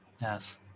yes